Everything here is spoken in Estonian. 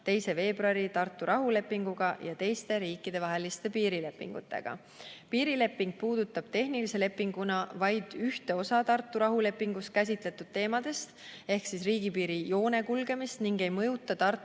2. veebruari Tartu rahulepinguga ja teiste riikidevaheliste piirilepingutega. Piirileping puudutab tehnilise lepinguna vaid ühte osa Tartu rahulepingus käsitletud teemadest ehk riigipiirijoone kulgemist ning ei mõjuta Tartu